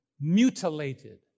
mutilated